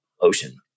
ocean